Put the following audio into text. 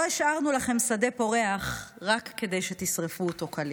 לא השארנו לכם שדה פורח רק כדי שתשרפו אותו כליל.